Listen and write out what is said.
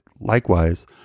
likewise